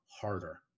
harder